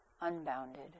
unbounded